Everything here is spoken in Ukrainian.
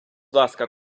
ласка